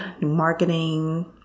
marketing